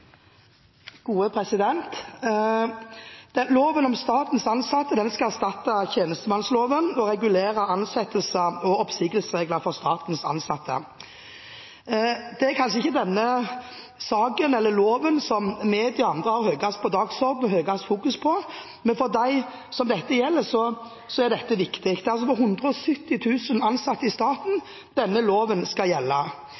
Loven om statens ansatte skal erstatte tjenestemannsloven og regulere ansettelses- og oppsigelsesregler for statens ansatte. Det er kanskje ikke denne saken eller denne loven som media og andre har høyest på dagsordenen og sterkest fokus på, men for dem dette gjelder, er dette viktig. Det er altså for 170 000 ansatte i